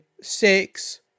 six